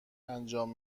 انجام